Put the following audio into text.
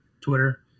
Twitter